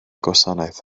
gwasanaeth